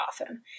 often